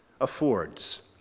affords